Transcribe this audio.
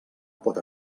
pot